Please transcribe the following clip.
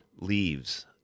leaves